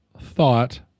thought